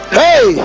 hey